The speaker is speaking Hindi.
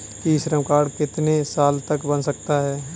ई श्रम कार्ड कितने साल तक बन सकता है?